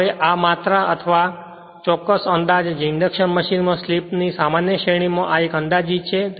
હવે આ માત્રા અથવા ચોક્કસ અંદાજ જે ઇન્ડક્શન મશીનમાં સ્લિપ ની સામાન્ય શ્રેણીમાં આ એક અંદાજિત છે